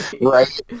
Right